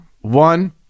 One